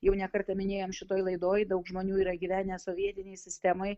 jau ne kartą minėjom šitoj laidoj daug žmonių yra gyvenę sovietinėj sistemoj